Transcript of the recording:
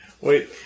wait